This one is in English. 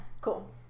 Cool